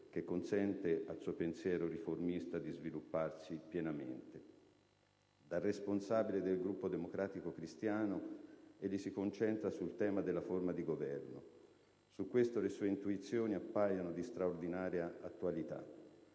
che consente al suo pensiero riformista di svilupparsi pienamente. Da responsabile del Gruppo democratico cristiano, egli si concentra sul tema della forma di governo. Su questo le sue intuizioni appaiono di straordinaria attualità.